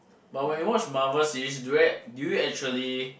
but when you watch Marvel series do act~ do you actually